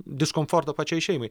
diskomfortą pačiai šeimai